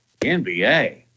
NBA